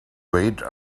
wait